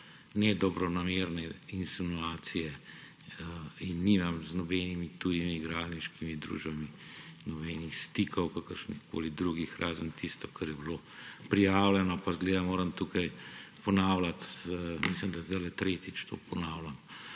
nedobronamerne insinuacije in nimam z nobenimi tujimi igralniškimi družbami nobenih stikov, kakršnikoli drugih razen tistih, ki so bili prijavljeni. Izgleda, da moram tukaj ponavljati, mislim, da zdajle tretjič to ponavljam.